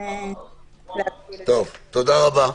תודה רבה.